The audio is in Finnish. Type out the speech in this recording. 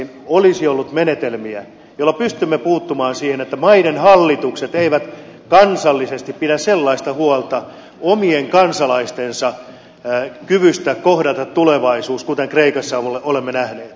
olisi ollut menetelmiä joilla pystymme puuttumaan siihen että maiden hallitukset eivät kansallisesti pidä sellaista huolta omien kansalaistensa kyvystä kohdata tulevaisuus kuten kreikassa olemme nähneet